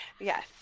Yes